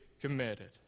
committed